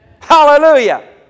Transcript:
Hallelujah